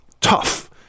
tough